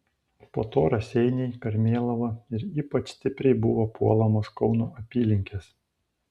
po to raseiniai karmėlava ir ypač stipriai buvo puolamos kauno apylinkės